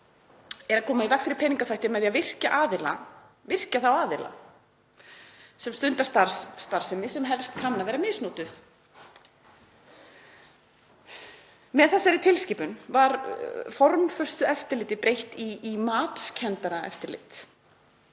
er að koma í veg fyrir peningaþvætti með því að virkja þá aðila sem stunda starfsemi sem helst kann að vera misnotuð. Með þessari tilskipun var formföstu eftirliti breytt í matskenndara eftirlit